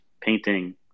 painting